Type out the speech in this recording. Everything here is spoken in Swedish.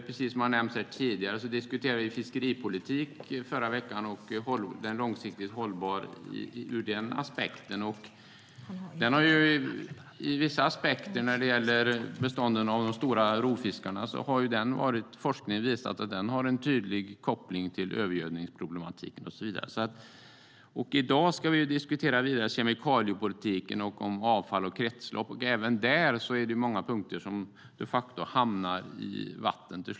Precis som har nämnts tidigare diskuterade vi fiskeripolitik och långsiktig hållbarhet förra veckan. Ur vissa aspekter när det gäller bestånden av de stora rovfiskarna har forskningen visat att de problemen har en tydlig koppling till övergödning. Senare i dag ska vi diskutera kemikaliepolitik samt avfall och kretslopp. Även där finns många punkter som de facto rör vatten.